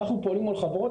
אנחנו פועלים מול החברות,